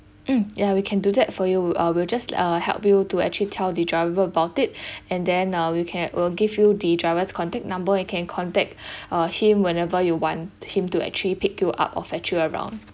mm ya we can do that for you uh we'll just uh help you to actually tell the driver about it and then uh we can we'll give you the driver's contact number you can contact uh him whenever you want him to actually pick you up or fetch you around